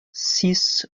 six